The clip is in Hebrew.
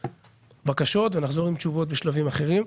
והבקשות ונחזור עם תשובות בשלבים אחרים.